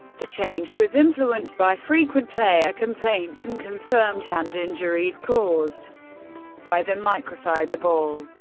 the change was influenced by frequent player complaints and confirmed hand injuries caused by the microfiber ball.